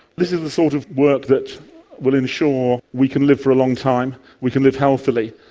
this is the sort of work that will ensure we can live for a long time, we can live healthily,